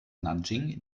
nanjing